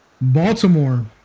Baltimore